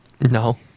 No